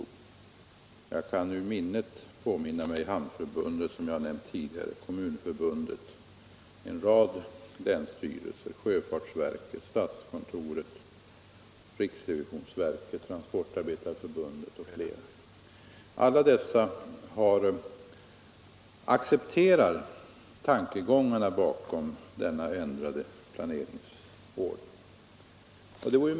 Jag kan ur minnet påminna mig Hamnförbundet, som jag nämnde tidigare, Kommunförbundet, en rad länsstyrelser, sjöfartsverket, statskontoret, riksrevisionsverket, Transportarbetareförbundet m.fl. Alla dessa accepterar tankegångarna bakom denna ändrade planeringsordning.